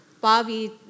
Bobby